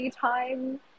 time